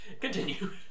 Continue